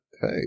hey